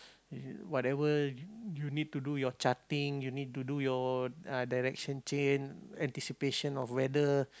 whatever you need to do your charting you need to do your direction change anticipation of weather